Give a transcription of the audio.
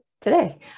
today